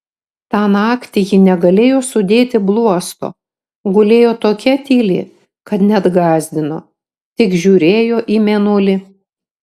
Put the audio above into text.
tą naktį ji negalėjo sudėti bluosto gulėjo tokia tyli kad net gąsdino tik žiūrėjo į mėnulį